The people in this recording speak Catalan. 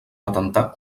patentar